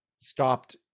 stopped